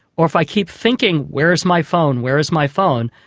or if i keep thinking where is my phone, where is my phone,